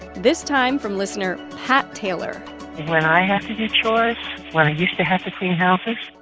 this time from listener pat taylor when i have to do chores, when i used to have to clean houses,